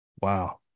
wow